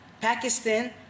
Pakistan